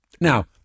Now